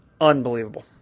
unbelievable